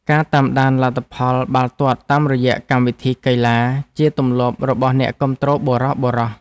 ការតាមដានលទ្ធផលបាល់ទាត់តាមរយៈកម្មវិធីកីឡា ជាទម្លាប់របស់អ្នកគាំទ្របុរសៗ។